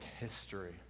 history